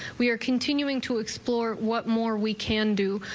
we are continuing to explore what more we can do.